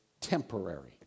temporary